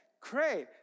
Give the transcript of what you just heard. great